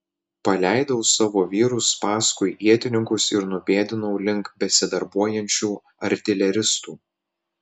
paleidau savo vyrus paskui ietininkus ir nupėdinau link besidarbuojančių artileristų